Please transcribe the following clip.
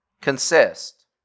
consist